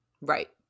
Right